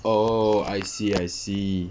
oh I see I see